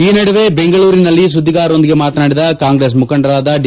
ಈ ನಡುವೆ ಬೆಂಗಳೂರಿನಲ್ಲಿ ಸುದ್ದಿಗಾರರೊಂದಿಗೆ ಮಾತನಾಡಿದ ಕಾಂಗ್ರೆಸ್ ಮುಖಂಡರಾದ ಡಿ